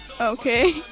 Okay